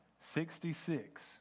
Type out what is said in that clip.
Sixty-six